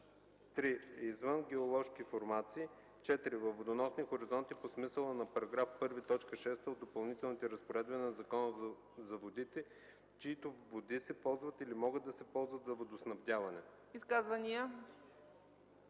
3. извън геоложки формации; 4. във водоносни хоризонти, по смисъла на § 1, т. 6 от Допълнителните разпоредби на Закона за водите, чиито води се ползват или могат да се ползват за водоснабдяване.”